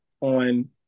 on